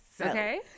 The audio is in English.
Okay